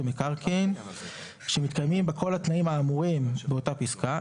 מקרקעין שמתקיימים בה כל הפרטים האמורים באותה פסקה,